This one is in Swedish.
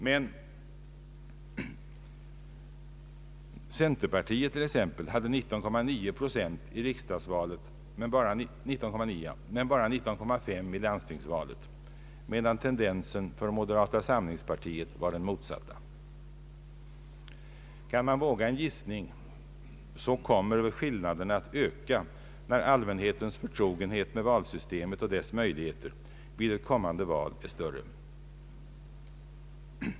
Men centerpartiet hade 19,9 procent i riksdagsvalet och bara 19,5 i landstingsvalet, medan tendensen för moderata samlingspartiet var den motsatta. Kan man våga en gissning, så kommer skillnaderna att öka när allmänhetens förtrogenhet med valsystemet och dess möjligheter vid kommande val är större.